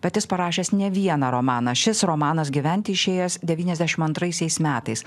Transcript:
bet jis parašęs ne vieną romaną šis romanas gyventi išėjęs devyniasdešimt antraisiais metais